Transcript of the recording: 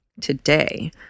today